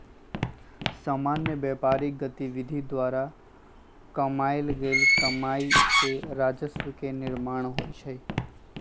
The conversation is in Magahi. सामान्य व्यापारिक गतिविधि द्वारा कमायल गेल कमाइ से राजस्व के निर्माण होइ छइ